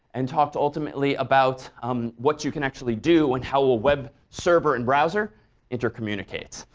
and talked ultimately about um what you can actually do and how a web server and browser inter-communicate.